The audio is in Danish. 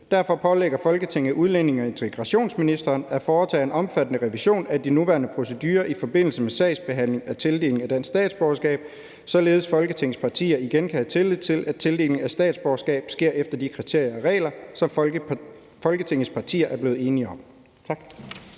Derfor pålægger Folketinget udlændinge- og integrationsministeren at foretage en omfattende revision af de nuværende procedurer i forbindelse med sagsbehandling af tildeling af danske statsborgerskaber, således at Folketingets partier igen kan have tillid til, at tildelingen af statsborgerskab sker efter de kriterier og regler, som Folketingets partier er blevet enige om.«